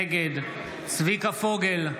נגד צביקה פוגל,